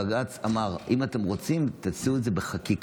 בג"ץ אמר: אם אתם רוצים, תעשו את זה בחקיקה.